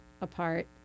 apart